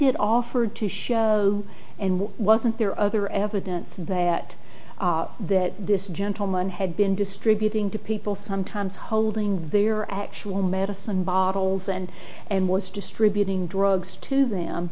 it offered to show and what wasn't there other evidence that that this gentleman had been distributing to people sometimes holding their actual medicine bottles and and was distributing drugs to them